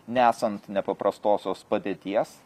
nesant nepaprastosios padėties